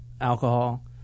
alcohol